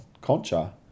Concha